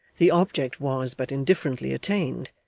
the object was but indifferently attained,